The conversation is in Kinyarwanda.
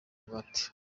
ingwate